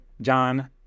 John